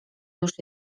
już